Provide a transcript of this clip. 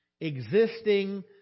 existing